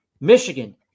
Michigan